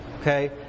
okay